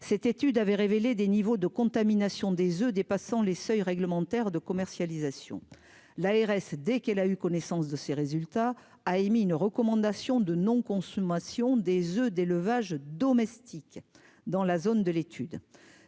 cette étude avait révélé des niveaux de contamination des oeufs, dépassant les seuils réglementaires de commercialisation, l'ARS, dès qu'elle a eu connaissance de ces résultats a émis une recommandation de non consommation des oeufs d'élevage domestique dans la zone de l'étude,